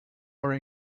are